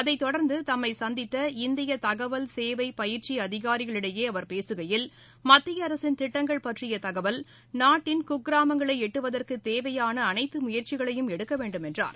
அதைத் தொடர்ந்து தம்மை சந்தித்த இந்திய தகவல் சேவை பயிற்சி அதிகாரிகளிடையே அவர் பேசுகையில் மத்திய அரசின் திட்டங்கள் பற்றிய தகவல் நாட்டின் குக்கிராமங்களை எட்டுவதற்கு தேவையான அனைத்து முயற்சிகளையும் எடுக்க வேண்டும் என்றார்